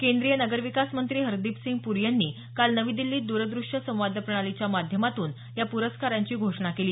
केंद्रीय नगरविकास मंत्री हरदीपसिंग प्री यांनी काल नवी दिल्लीत द्रदृश्य संवाद प्रणालीच्या माध्यमातून या पुरस्कारांची घोषणा केली